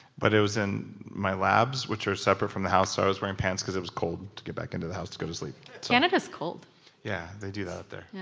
but it was in my labs which are separate from the house, so i was wearing pants because it was cold to get back into the house to go to sleep canada's cold yeah. they do out there. yeah